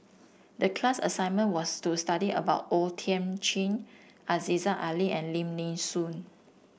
the class assignment was to study about O Thiam Chin Aziza Ali and Lim Nee Soon